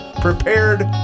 prepared